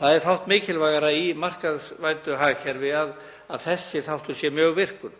Það er fátt mikilvægara í markaðsvæddu hagkerfi en að þessi þáttur sé mjög virkur.